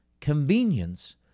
convenience